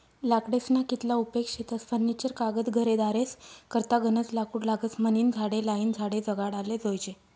लाकडेस्ना कितला उपेग शेतस फर्निचर कागद घरेदारेस करता गनज लाकूड लागस म्हनीन झाडे लायीन झाडे जगाडाले जोयजे